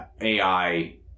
AI